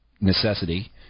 necessity